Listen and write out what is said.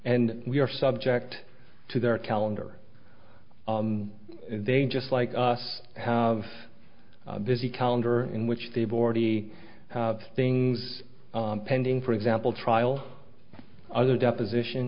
and we are subject to their calendar they just like us have a busy calendar in which they've already things pending for example trial other deposition